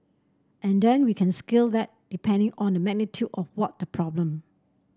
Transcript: and then we can scale that depending on the magnitude of what problem